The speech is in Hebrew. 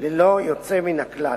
ללא יוצא מן הכלל.